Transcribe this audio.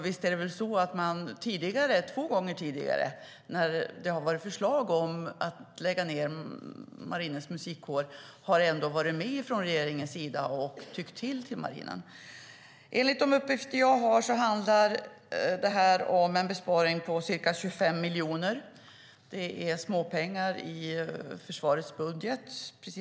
Visst har regeringen två gånger tidigare, när det har varit på förslag att lägga ned Marinens Musikkår, ändå varit med och tyckt till? Enligt de uppgifter jag har handlar det om en besparing på ca 25 miljoner. Det är småpengar i försvarets budget.